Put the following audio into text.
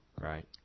Right